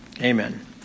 Amen